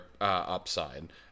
upside